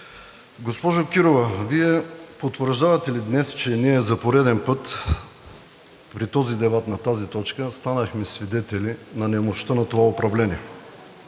Госпожо Кирова, Вие потвърждавате ли днес, че ние за пореден път при този дебат на тази точка станахме свидетели на немощта на това управление?